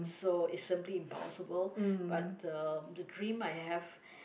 so it's simply impossible but uh the dream I have